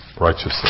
righteously